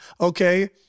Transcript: okay